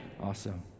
Awesome